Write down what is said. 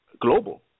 global